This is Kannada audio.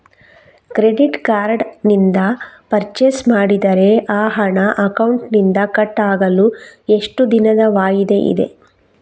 ಕ್ರೆಡಿಟ್ ಕಾರ್ಡ್ ನಿಂದ ಪರ್ಚೈಸ್ ಮಾಡಿದರೆ ಆ ಹಣ ಅಕೌಂಟಿನಿಂದ ಕಟ್ ಆಗಲು ಎಷ್ಟು ದಿನದ ವಾಯಿದೆ ಇದೆ?